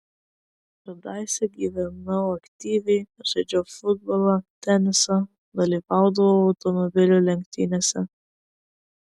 kadaise gyvenau aktyviai žaidžiau futbolą tenisą dalyvaudavau automobilių lenktynėse